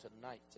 tonight